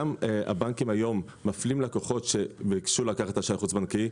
גם הבנקים היום מפלים לקוחות שביקשו לקחת אשראי חוץ בנקי,